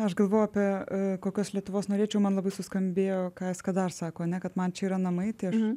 aš galvoju apie kokios lietuvos norėčiau man labai suskambėjo ką eskedar sako ane kad man čia yra namai tai aš